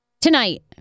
Tonight